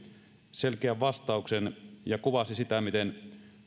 selkeän vastauksen ja kuvasi sitä miten